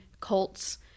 cults